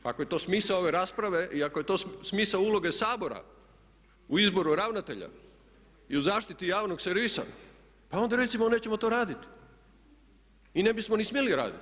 Pa ako je to smisao ove rasprave i ako je to smisao uloge Sabora u izboru ravnatelja i u zaštiti javnog servisa pa onda recimo nećemo to raditi i ne bismo ni smjeli raditi.